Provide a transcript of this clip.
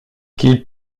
qu’il